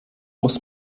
muss